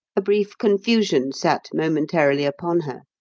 a brief confusion sat momentarily upon her.